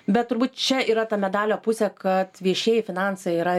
bet turbūt čia yra ta medalio pusė kad viešieji finansai yra